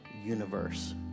universe